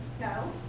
no